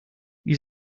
wie